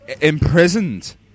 Imprisoned